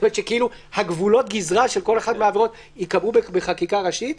זאת אומרת שכאילו גבולות הגזרה של כל אחת מהעבירות ייקבעו בחקיקה ראשית.